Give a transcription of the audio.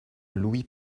louis